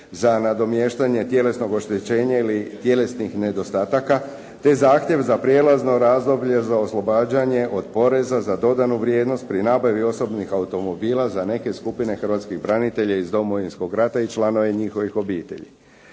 za nadomještanje tjelesnog oštećenja ili tjelesnih nedostataka, te zahtjev za prijelazno razdoblje za oslobađanje od poreza za dodanu vrijednost pri nabavi osobnih automobila za neke skupine hrvatskih branitelja iz Domovinskog rata i članove njihovih obitelji.